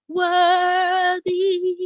worthy